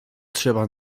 trzeba